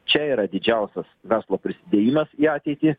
čia yra didžiausias verslo prisidėjimas į ateitį